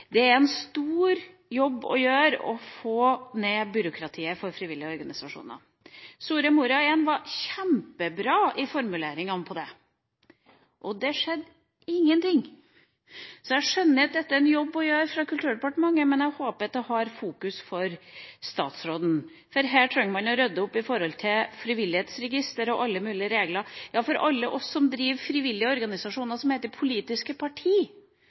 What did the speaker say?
Det er en stor jobb å gjøre å få ned byråkratiet for frivillige organisasjoner. Soria Moria I var kjempebra i formuleringene på det, men det skjedde ingenting. Jeg skjønner at dette er en jobb å gjøre for Kulturdepartementet, men jeg håper at statsråden fokuserer på det, for her trenger man å rydde opp når det gjelder frivillighetsregisteret og alle mulige regler. For alle oss som driver frivillige organisasjoner som heter politiske parti,